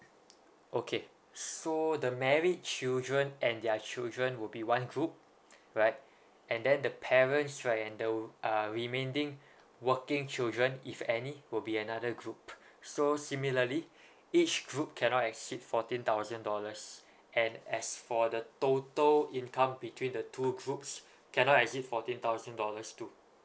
okay so the married children and their children would be one group right and then the parents right and the uh remaining working children if any would be another group so similarly each group cannot exceed fourteen thousand dollars and as for the total income between the two groups cannot exceed fourteen thousand dollars too